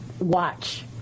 watch